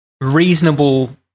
reasonable